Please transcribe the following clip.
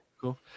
cool